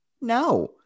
No